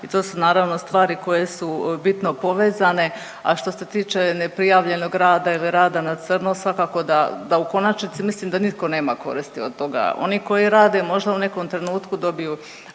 i to su naravno stvari koje su bitno povezane. A što se tiče neprijavljenog rada ili rada na crno svakako da u konačnici mislim da nitko nema koristi od toga. Oni koji rade možda u nekom trenutku dobiju